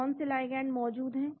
कौन से लिगैंड मौजूद हैं